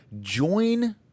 join